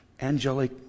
angelic